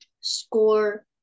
Score